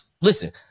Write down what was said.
Listen